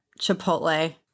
Chipotle